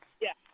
Yes